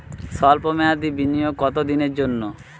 সল্প মেয়াদি বিনিয়োগ কত দিনের জন্য?